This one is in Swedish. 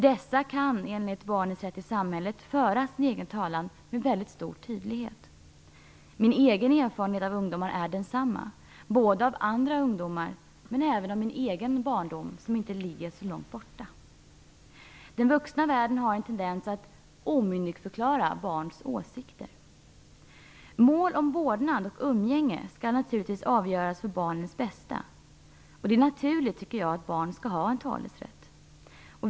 Dessa kan enligt Barnens Rätt I Samhället föra sin egen talan med väldigt stor tydlighet. Min egen erfarenhet av ungdomar är densamma. Jag har erfarenhet både av andra ungdomar och från min egen barndom, som inte ligger så långt borta. Den vuxna världen har en tendens att omyndigförklara barns åsikter. Mål om vårdnad och umgänge skall naturligtvis avgöras för barnets bästa. Det är naturligt att barn skall ha talerätt.